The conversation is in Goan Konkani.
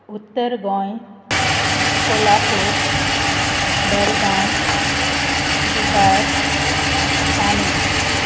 उत्तर गोंय कोल्हापूर बेळगांव बिदार ठाणे